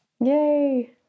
Yay